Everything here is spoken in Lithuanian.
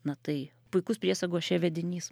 na tai puikus priesagos še vedinys